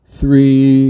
three